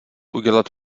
udělat